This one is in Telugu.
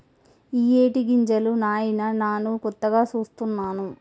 ఇయ్యేటి గింజలు నాయిన నాను కొత్తగా సూస్తున్నాను